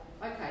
okay